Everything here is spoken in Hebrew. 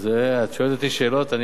את שואלת אותי שאלות,